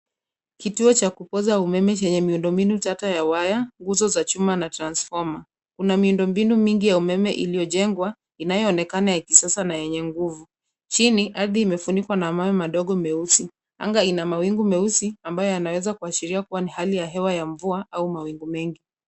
Kituo cha kupoza umeme chenye miundo mbinu tata ya waya, nguzo za chuma na transformer . Kuna miundo mbinu mingi ya umeme iliyojengwa, inayoonekana ya kisasa na yenye nguvu. Chini, ardhi imefunikwa na mawe madogo meusi. Anga ina mawingu meusi ambayo yanaweza kuashiria kuwa ni hali ya hewa ya mvua au mawingu mengi.